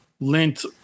lent